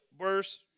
verse